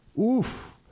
Oof